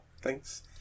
thanks